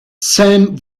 sam